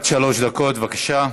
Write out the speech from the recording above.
עד שלוש דקות, בבקשה.